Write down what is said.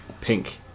pink